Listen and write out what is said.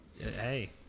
Hey